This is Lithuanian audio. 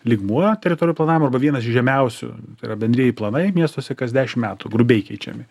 lygmuo teritorijų planavimo arba vienas iš žemiausių tai yra bendrieji planai miestuose kas dešim metų grubiai keičiami